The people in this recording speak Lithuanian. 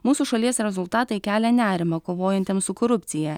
mūsų šalies rezultatai kelia nerimą kovojantiem su korupcija